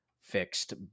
fixed